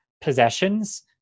possessions